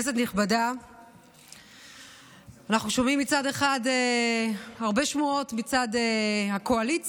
אנחנו שומעים מצד אחד הרבה שמועות מצד הקואליציה,